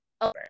over